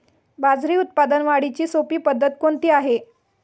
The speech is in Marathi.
बाजरी उत्पादन वाढीची सोपी पद्धत कोणती आहे?